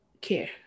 care